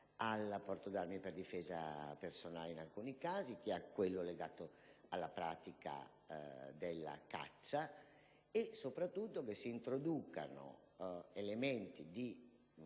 a quello per difesa personale, in alcuni casi, che a quello legato alla pratica della caccia) e, soprattutto, si introducano elementi di